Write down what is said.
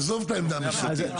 עזוב את העמדה המשפטית.